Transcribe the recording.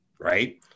right